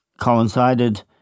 coincided